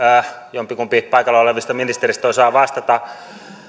jompikumpi paikalla olevista ministereistä osaa vastata